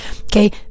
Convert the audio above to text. okay